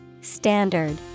Standard